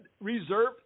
Reserve